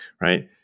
right